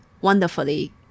wonderfully